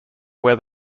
where